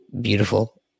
Beautiful